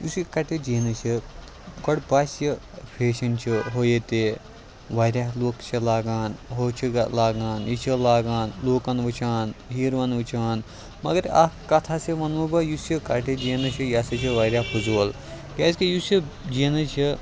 یُس یہِ cutted jeans چھُ گۄڈٕ باسہِ یہِ فیشَن چھُ ہُو ییٚتہِ واریاہ لوٗکھ چھِ لاگان ہُو چھُ لاگان یہِ چھُ لاگان لوٗکَن وُچھان ہیٖرووَن وُچھان مگر اَکھ کتھ ہَسا وَنہو بہٕ یُس یہِ کَٹِڈ جیٖنٕز چھُ یہِ ہَسا چھُ واریاہ فضوٗل کیٛازِِکہِ یُس یہِ جیٖنٕز چھُ